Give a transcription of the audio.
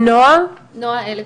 נועה אלפנט.